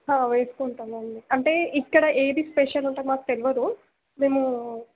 వేసుకుంటాం అండి అంటే ఇక్కడ ఏది స్పెషల్ అంటే మాకు తెలియదు మేము